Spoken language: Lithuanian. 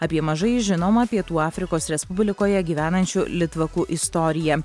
apie mažai žinomą pietų afrikos respublikoje gyvenančių litvakų istoriją